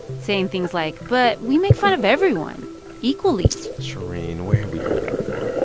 saying things like, but we make fun of everyone equally shereen, where have we heard that before?